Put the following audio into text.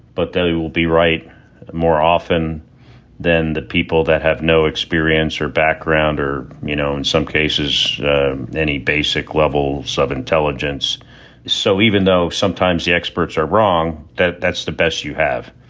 but they will be right more often than the people that have no experience or background or, you know, in some cases any basic level so of intelligence so even though sometimes the experts are wrong, that that's the best you have.